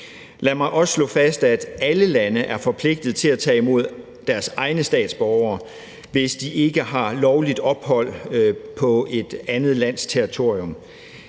Lad mig også slå fast, at alle lande er forpligtede til at tage imod deres egne statsborgere, hvis ikke de har lovligt ophold på et andet lands territorium.